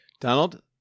Donald